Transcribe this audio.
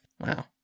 Wow